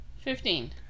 Fifteen